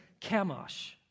Kamosh